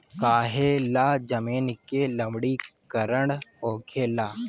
काहें ला जमीन के लवणीकरण होखेला